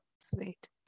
Sweet